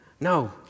No